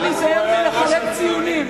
צריך להיזהר מלחלק ציונים.